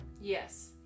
Yes